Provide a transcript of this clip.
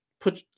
put